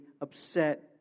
upset